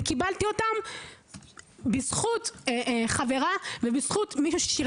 אני קיבלתי אותם בזכות חברה ובזכות מישהו ששירת איתי.